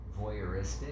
voyeuristic